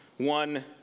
One